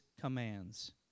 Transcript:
commands